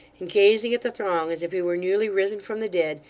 and gazing at the throng as if he were newly risen from the dead,